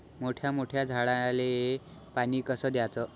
मोठ्या मोठ्या झाडांले पानी कस द्याचं?